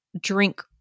drink